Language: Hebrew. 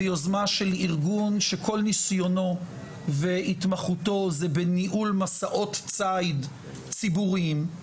ביוזמה של ארגון שכל ניסיונו והתמחותו זה בניהול מסעות ציד ציבוריים,